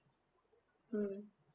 mm